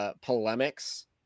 polemics